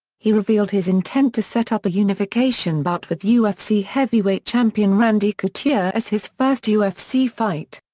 he revealed his intent to set up a unification bout with ufc heavyweight champion randy couture as his first ufc fight.